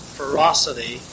ferocity